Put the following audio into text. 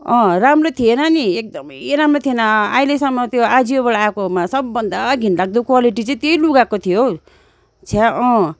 राम्रो थिएन नि एकदमै राम्रो थिएन अहिलेसम्म त्यो आजियोबाट आएकोमा सबभन्दा घिनलाग्दो क्वालिटी चाहिँ त्यही लुगाको थियो हौ छ्या अँ